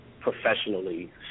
professionally